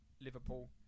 Liverpool